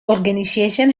organisation